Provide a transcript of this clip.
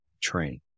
train